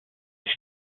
sich